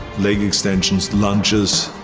leg extensions, lunges,